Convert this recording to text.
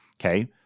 Okay